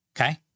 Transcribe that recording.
Okay